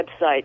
website